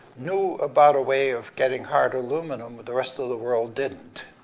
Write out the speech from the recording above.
knew about a way of getting hard aluminum the rest of the world didn't.